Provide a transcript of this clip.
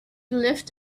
left